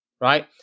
Right